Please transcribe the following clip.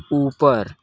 ऊपर